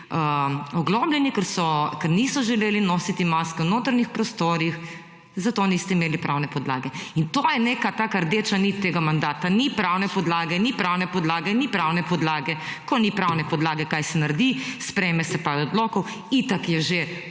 oglobljeni, ker niso želeli nositi maske v notranjih prostorih, zato niste imeli pravne podlage. To je neka taka rdeča nit tega mandata. Ni pravne podlage, ni pravne podlage, ni pravne podlage. Ko ni pravne podlage kaj se naredi sprejme se pa v odloku itak je že